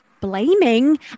Blaming